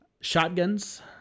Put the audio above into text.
Shotguns